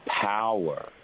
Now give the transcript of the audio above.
power